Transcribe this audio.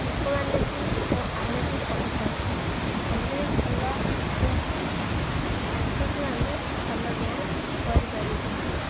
ଲୋକମାନେ ବି ଓ ଆମେ ବି କହିଥାଉ ଆମେ ଭଲ କିନ୍ତୁ ତାଙ୍କଠୁ ଆମେ ଭଲ ଡ୍ୟାନ୍ସ କରିପାରିବୁ